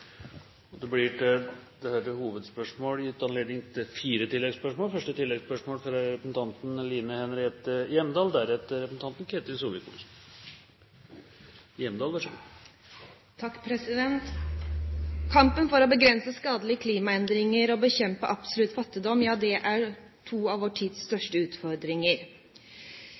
Det blir gitt anledning til fire oppfølgingsspørsmål – først Line Henriette Hjemdal. Kampen for å begrense skadelige klimaendringer og bekjempe absolutt fattigdom er to av vår tids største utfordringer.